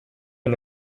and